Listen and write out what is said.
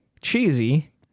cheesy